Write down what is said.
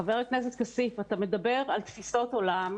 חבר הכנסת כסיף, אתה מדבר על תפיסות עולם.